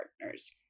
partners